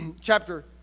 chapter